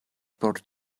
por